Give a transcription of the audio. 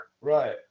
Right